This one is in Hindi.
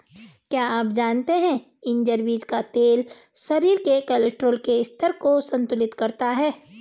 क्या आप जानते है नाइजर बीज का तेल शरीर में कोलेस्ट्रॉल के स्तर को संतुलित करता है?